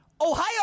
Ohio